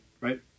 right